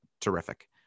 terrific